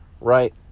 right